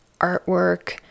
artwork